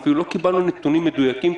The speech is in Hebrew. אפילו לא קיבלנו נתונים מדויקים,